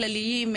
כללים,